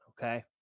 okay